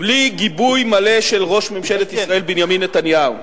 בלי גיבוי מלא של ראש ממשלת ישראל בנימין נתניהו.